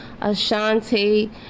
Ashanti